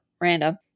random